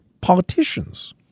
politicians